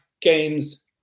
games